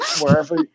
wherever